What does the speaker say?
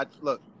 Look